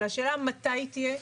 אלא השאלה היא מתי היא תהיה,